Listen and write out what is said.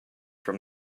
from